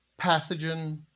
pathogen